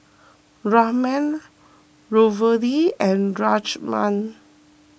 Ramen Ravioli and Rajma